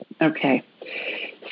Okay